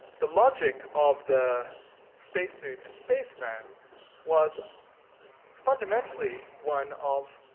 the logic of the spacesuit and spaceman was fundamentally one of,